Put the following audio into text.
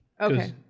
Okay